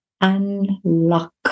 Unlock